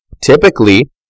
typically